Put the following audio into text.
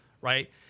right